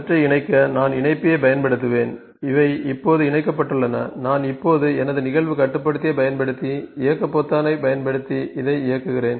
அவற்றை இணைக்க நான் இணைப்பியைப் பயன்படுத்துவேன் இவை இப்போது இணைக்கப்பட்டுள்ளன நான் இப்போது எனது நிகழ்வு கட்டுப்படுத்தியைப் பயன்படுத்தி இயக்க பொத்தானைப் பயன்படுத்தி இதை இயக்குகிறேன்